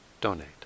donate